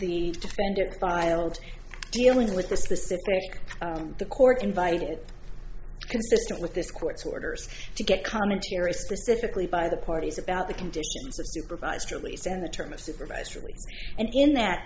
the defendant filed dealing with the specific the court invited consistent with this court's orders to get commentary specifically by the parties about the conditions of supervised release and the term of supervisory and in that